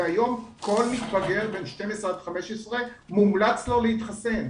והיום כל מתבגר בין 12 עד 15 מומלץ לו להתחסן.